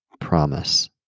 promise